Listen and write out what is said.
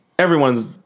everyone's